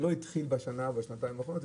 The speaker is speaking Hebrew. זה לא התחיל בשנה-שנתיים האחרונות,